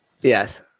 Yes